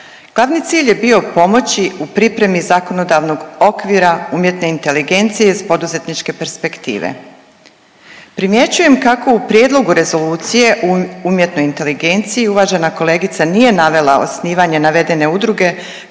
Glavni cilj je bio pomoći u pripremi zakonodavnog okvira umjetne inteligencije s poduzetničke perspektive. Primjećujem kako u prijedlogu rezolucije o umjetnoj inteligenciji, uvažena kolegica nije navela osnivanje navedene udruge